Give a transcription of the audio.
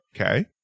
okay